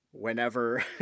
Whenever